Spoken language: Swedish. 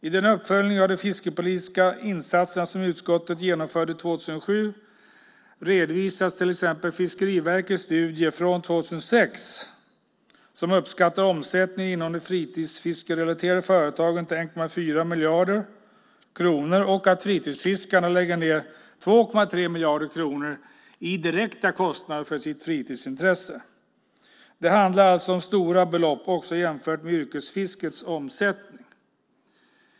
I den uppföljning av de fiskepolitiska insatserna som utskottet genomförde 2007 redovisas till exempel Fiskeriverkets studie från 2006 som uppskattar omsättningen inom de fritidsfiskerelaterade företagen till 1,4 miljarder kronor och att fritidsfiskarna lägger ned 2,3 miljarder kronor på direkta kostnader för sitt fritidsintresse. Det handlar alltså totalt sett om stora belopp också jämfört med yrkesfiskets omsättning.